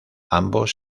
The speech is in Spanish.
ambos